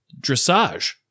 Dressage